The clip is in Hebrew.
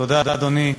תודה, אדוני.